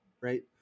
right